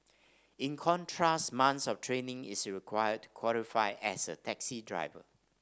in contrast months of training is required to qualify as a taxi driver